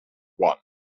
one